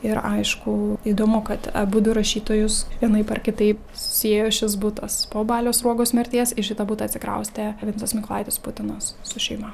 ir aišku įdomu kad abudu rašytojus vienaip ar kitaip siejo šis butas po balio sruogos mirties į šitą butą atsikraustė vincas mykolaitis putinas su šeima